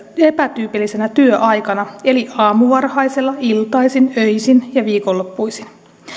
epätyypillisenä työaikana eli aamuvarhaisella iltaisin öisin ja viikonloppuisin